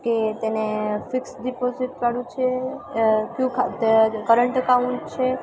કે તેને ફિક્સ ડિપોઝીટવાળું છે કયુ ખા કરન્ટ અકાઉન્ટ